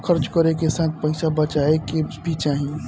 खर्च करे के साथ पइसा बचाए के भी चाही